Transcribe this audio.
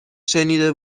شنیده